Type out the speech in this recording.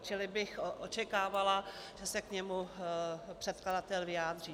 Čili bych očekávala, že se k němu předkladatel vyjádří.